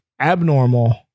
abnormal